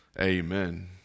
Amen